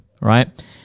right